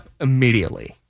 immediately